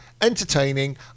entertaining